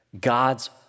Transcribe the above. God's